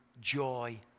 joy